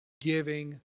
giving